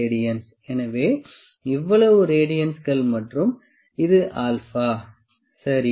00133 radians எனவே இவ்வளவு ரேடியன்ஸ்கள் மற்றும் இது α சரி